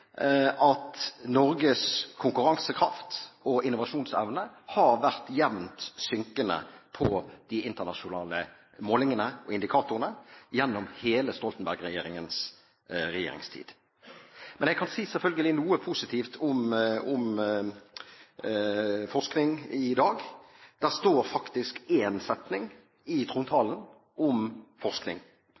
at Norges konkurransekraft og innovasjonsevne har vært jevnt synkende på de internasjonale målingene og indikatorene gjennom hele Stoltenberg-regjeringens regjeringstid. Men jeg kan selvfølgelig si noe positivt om forskning i dag. Det står faktisk én setning i trontalen om forskning.